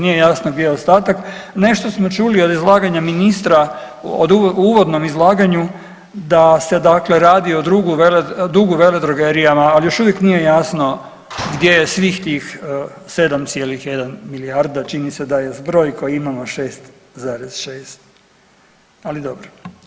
Nije jasno gdje je ostatak, nešto smo čuli iz izlaganja ministra u uvodnom izlaganju da se dakle radi o dugu veledrogerijama, ali još uvijek nije jasno gdje je svih tih 7,1 milijarda, čini se da je zbroj koji imamo 6,6, ali dobro.